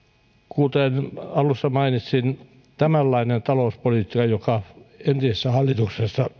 kuten alussa mainitsin tämänlainen talouspolitiikka joka entisessä hallituksessa